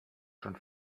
schon